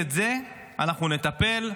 ולהגיד: בזה אנחנו נטפל,